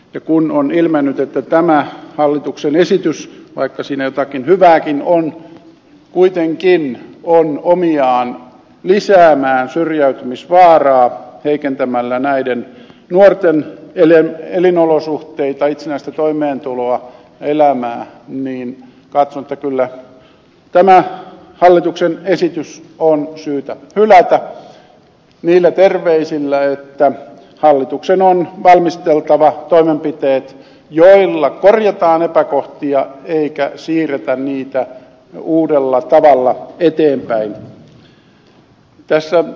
ja kun on ilmennyt että tämä hallituksen esitys vaikka siinä jotakin hyvääkin on kuitenkin on omiaan lisäämään syrjäytymisvaaraa heikentämällä näiden nuorten elinolosuhteita itsenäistä toimeentuloa elämää katson että kyllä tämä hallituksen esitys on syytä hylätä niillä terveisillä että hallituksen on valmisteltava toimenpiteet joilla korjataan epäkohtia eikä siirretä niitä uudella tavalla eteenpäin